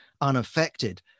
unaffected